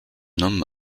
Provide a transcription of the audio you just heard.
homme